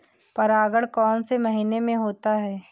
परागण कौन से महीने में होता है?